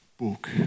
book